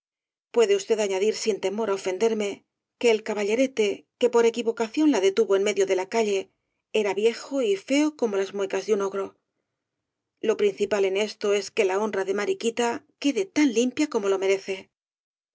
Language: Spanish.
puede usted añadir sin temor á ofenderme que el caballerete que por equivocación la detuvo en medio de la calle era viejo y feo como las muecas de un ogro lo principal en esto es que la honra de mariquita quede tan limpia como lo merece